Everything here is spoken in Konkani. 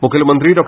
मुखेलमंत्री डॉ